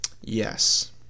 Yes